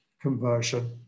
conversion